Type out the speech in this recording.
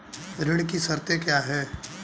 ऋण की शर्तें क्या हैं?